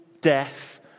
death